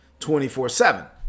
24-7